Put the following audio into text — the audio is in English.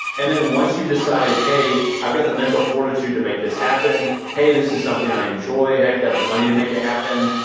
and then once you've decided, hey, i've got the mental fortitude to make this happen. hey, this is something i enjoy. hey, i've got the money to make it happen.